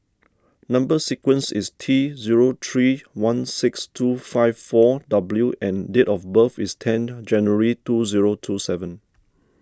Number Sequence is T zero three one six two five four W and date of birth is ten January two zero two seven